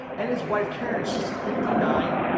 and his wife, karen, she's fifty nine.